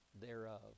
thereof